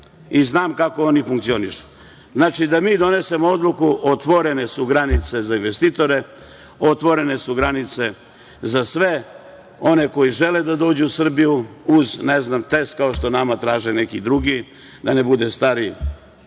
i znam kako oni funkcionišu. Znači, da mi donesemo odluku - otvorene su granice za investitore, otvorene su granice za sve one koji žele da dođu u Srbiju, uz ne znam test, kao što nama traže neki drugi, da ne bude stariji